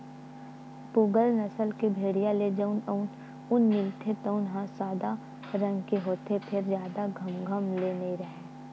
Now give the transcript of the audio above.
पूगल नसल के भेड़िया ले जउन ऊन मिलथे तउन ह सादा रंग के होथे फेर जादा घमघम ले नइ राहय